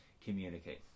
communicate